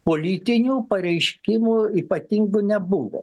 politinių pareiškimų ypatingų nebuvo